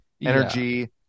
energy